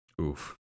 Oof